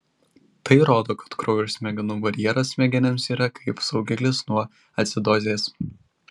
tai rodo kad kraujo ir smegenų barjeras smegenims yra kaip saugiklis nuo acidozės